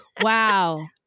wow